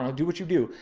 um do what you do,